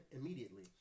immediately